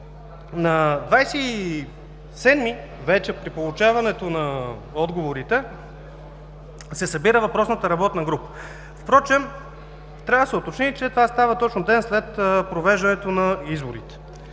На 27-и, при получаването на отговорите, се събира въпросната работна група. Впрочем трябва да се уточни, че това става точно ден след провеждането на изборите.